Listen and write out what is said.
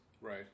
Right